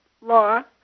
Law